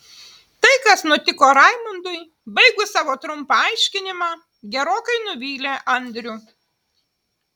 tai kas nutiko raimundui baigus savo trumpą aiškinimą gerokai nuvylė andrių